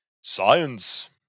Science